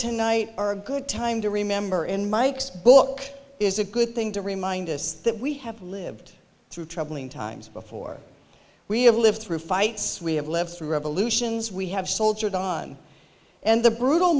tonight are a good time to remember in mike's book is a good thing to remind us that we have lived through troubling times before we have lived through fights we have lived through revolutions we have soldiered on and the brutal